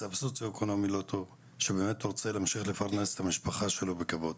מצב סוציו אקונומי לא טוב שבאמת רוצה להמשיך לפרנס את המשפחה שלו בכבוד